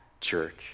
church